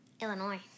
Illinois